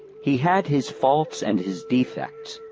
he had his faults and his defects,